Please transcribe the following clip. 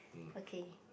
okay